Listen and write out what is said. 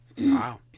Wow